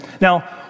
Now